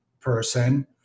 person